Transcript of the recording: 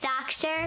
doctor